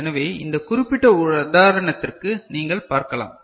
எனவே இந்த குறிப்பிட்ட உதாரணத்திற்கு நீங்கள் பார்க்கலாம்